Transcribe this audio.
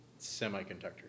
Semiconductors